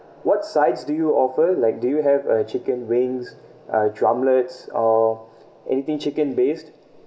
what sides do you offer like do you have uh chicken wings uh drummets or anything chicken based